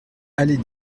allée